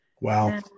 Wow